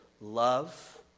Love